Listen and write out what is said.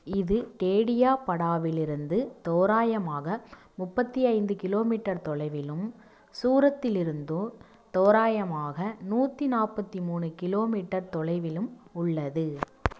இது டேடியாபாடாவிலிருந்து தோராயமாக முப்பத்தி ஐந்து கிலோமீட்டர் தொலைவிலும் சூரத்திலிருந்தோ தோராயமாக நூற்றி நாற்பத்தி மூணு கிலோமீட்டர் தொலைவிலும் உள்ளது